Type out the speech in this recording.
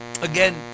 again